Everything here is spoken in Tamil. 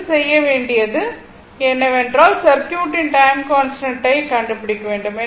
அடுத்து செய்ய வேண்டியது என்னவென்றால் சர்க்யூட்டின் டைம் கன்ஸ்டன்ட் ஐ கண்டுபிடிக்க வேண்டும்